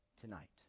tonight